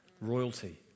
royalty